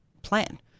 plan